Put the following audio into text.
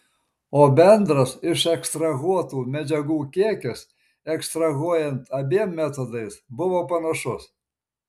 o bendras išekstrahuotų medžiagų kiekis ekstrahuojant abiem metodais buvo panašus